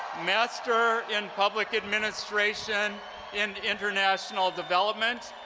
master in public administration in international development,